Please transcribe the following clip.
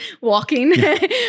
walking